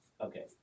Okay